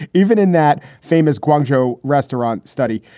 even in that famous gwang jo restaurant study,